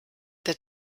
der